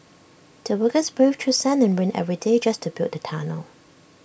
the workers braved through sun and rain every day just to build the tunnel